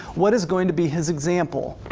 what is going to be his example?